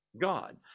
God